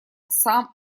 сам